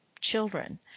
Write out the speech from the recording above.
children